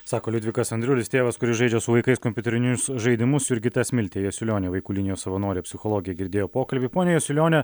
sako liudvikas andriulis tėvas kuris žaidžia su vaikais kompiuterinius žaidimus jurgita smiltė jasiulionė vaikų linijos savanorė psichologė girdėjo pokalbį ponia jasiulione